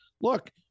look